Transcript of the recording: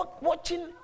watching